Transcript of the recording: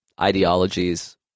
ideologies